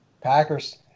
Packers